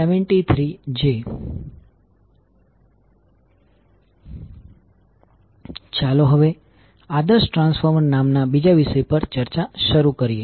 73J ચાલો હવે આદર્શ ટ્રાન્સફોર્મર નામના બીજા વિષય પર ચર્ચા શરૂ કરીએ